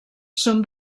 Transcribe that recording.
són